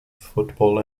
football